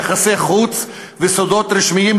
יחסי חוץ וסודות רשמיים,